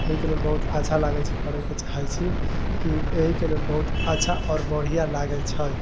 एहिके लेल बहुत अच्छा लागै छै करय के चाहै छी की एहिके लेल बहुत अच्छा आओर बढ़िऑं लागै छै